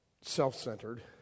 self-centered